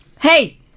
Hey